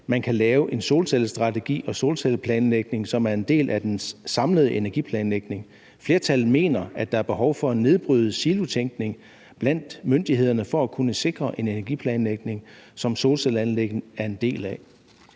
man kan lave en solcellestrategi og -planlægning som en del af en samlet energiplanlægning. Flertallet mener, at der er behov for at nedbryde silotænkning blandt myndighederne for at kunne sikre en energiplanlægning, som solcelleanlæg er en del af.«